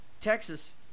Texas